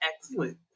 excellent